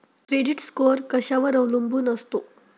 Credit score कशावर अवलंबून असतो?